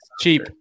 cheap